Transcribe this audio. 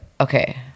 okay